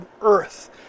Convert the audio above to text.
earth